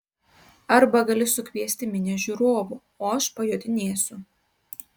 arba gali sukviesti minią žiūrovų o aš pajodinėsiu